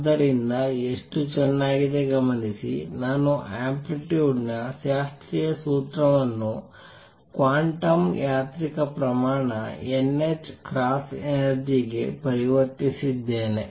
ಆದ್ದರಿಂದ ಎಷ್ಟು ಚೆನ್ನಾಗಿದೆ ಗಮನಿಸಿ ನಾನು ಅಂಪ್ಲಿಕ್ಯೂಡ್ ನ ಶಾಸ್ತ್ರೀಯ ಸೂತ್ರವನ್ನು ಕ್ವಾಂಟಮ್ ಯಾಂತ್ರಿಕ ಪ್ರಮಾಣ n h ಕ್ರಾಸ್ ಎನರ್ಜಿ ಗೆ ಪರಿವರ್ತಿಸಿದ್ದೇನೆ